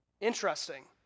Interesting